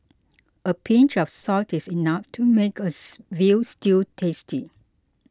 a pinch of salt is enough to make us Veal Stew tasty